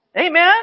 Amen